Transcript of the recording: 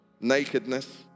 nakedness